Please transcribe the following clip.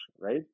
right